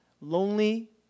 lonely